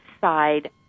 side